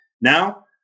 Now